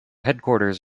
headquarters